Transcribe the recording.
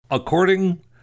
According